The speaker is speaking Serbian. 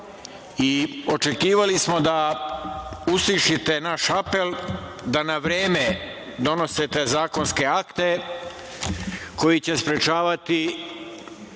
kriminala. Očekivali smo da uslišite naš apel da na vreme donosite zakonske akte koji će sprečavati